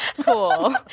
Cool